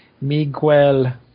Miguel